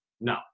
No